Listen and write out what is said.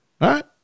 right